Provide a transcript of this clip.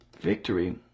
victory